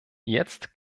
jetzt